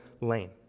lane